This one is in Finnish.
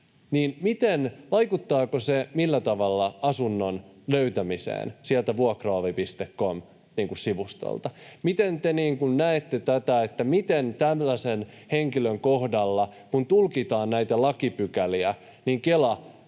niin vaikuttaako se millä tavalla asunnon löytämiseen sieltä vuokraovi.com-sivustolta? Miten te näette tämän, että miten tällaisen henkilön kohdalla, kun tulkitaan näitä lakipykäliä, Kela